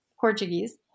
Portuguese